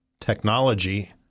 technology